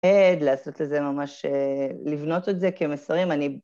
עד לעשות לזה ממש, לבנות את זה כמסרים.